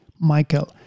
michael